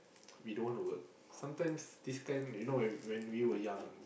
we don't want to work sometimes this kind you know when when we were young